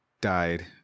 died